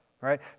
right